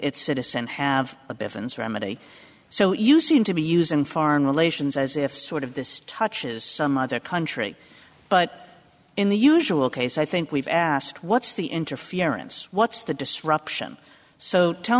it's citizen have a defense remedy so you seem to be using foreign relations as if sort of this touches some other country but in the usual case i think we've asked what's the interference what's the disruption so tell